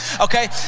okay